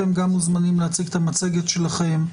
אתם גם מוזמנים להציג את המצגת שלכם,